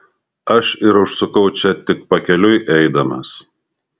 aš ir užsukau čia tik pakeliui eidamas